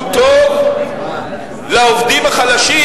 הוא טוב לעובדים החלשים,